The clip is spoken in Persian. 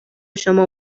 شما